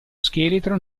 scheletro